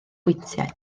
bwyntiau